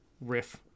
riff